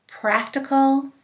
practical